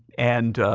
and